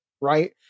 right